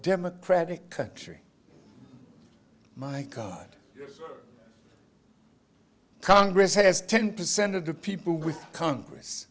democratic country my god congress has ten percent of the people with congress